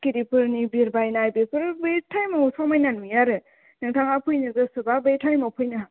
सिखिरिफोरनि बिरबायनाय बेफोर बै टाइमाव समायना नुयो आरो नोंथाङा फैनो गोसोब्ला बै टाइमाव फैनो हागोन